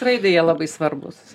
raidai jie labai svarbūs